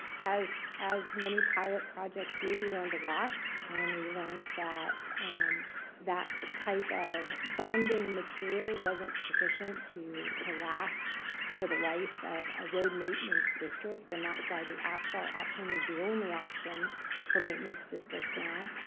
as as many pilot projects do, we learned a lot and we learned that that type of bonding material wasn't sufficient to to last for the life of a road maintenance district. and that's why the asphalt option is the only option for maintenance districts now.